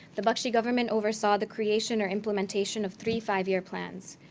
the bakshi government oversaw the creation or implementation of three five-year plans.